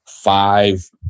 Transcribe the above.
five